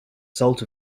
salt